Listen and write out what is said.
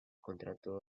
contrató